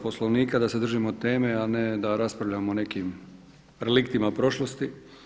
Poslovnika da se držimo teme, a ne da raspravljamo o nekim reliktima prošlosti.